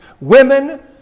women